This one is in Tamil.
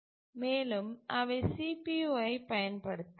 மேலும் அவை CPU ஐ பயன்படுத்தலாம்